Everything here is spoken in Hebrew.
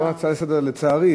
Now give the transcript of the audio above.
לצערי,